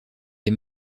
des